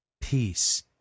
Peace